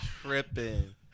Tripping